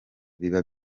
biba